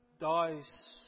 dies